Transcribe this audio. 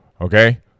Okay